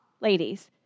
ladies